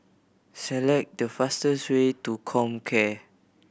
select the fastest way to Comcare